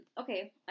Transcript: Okay